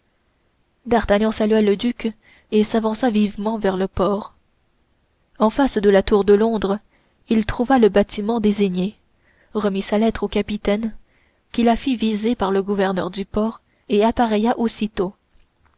d'artagnan salua le duc et s'avança vivement vers le port en face la tour de londres il trouva le bâtiment désigné remit sa lettre au capitaine qui la fit viser par le gouverneur du port et appareilla aussitôt